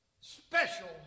special